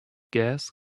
gas